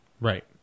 Right